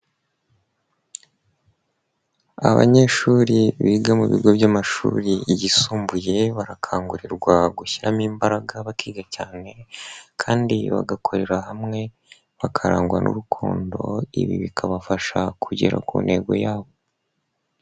Abanyeshuri biga mu bigo by' amashuri yisumbuye, barakangurirwa gushyiramo imbaraga bakiga cyane kandi bagakorera hamwe bakarangwa n'urukundo, ibi bikabafasha kugera ku ntego yabo.